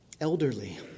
elderly